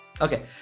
okay